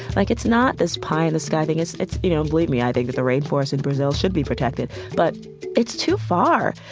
like, it's not this pie-in-the-sky thing. it's, you know, believe me, i think that the rainforests in brazil should be protected, but it's too far,